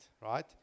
right